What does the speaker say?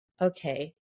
Okay